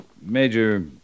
Major